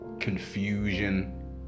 Confusion